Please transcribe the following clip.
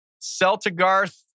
Celtigarth